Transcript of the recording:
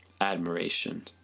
admiration